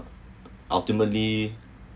ultimately